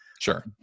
Sure